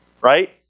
Right